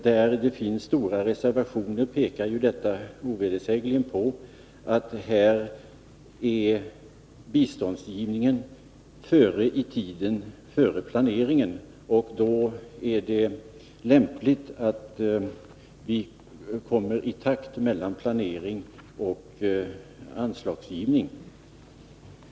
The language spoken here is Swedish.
Där det finns stora reservationer pekar detta ovedersägligen på att biståndsgivningen är före i tiden, före planeringen, och då är det lämpligt att vi ser till att planering och anslagsgivning kommer i takt.